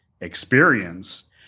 experience